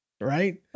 right